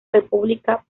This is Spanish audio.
república